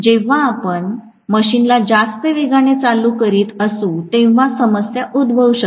जेव्हा आपण मशीनला जास्त वेगाने चालू करीत असु तेव्हा समस्या उद्भवू शकते